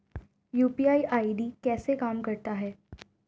UPI ID कैसे काम करता है?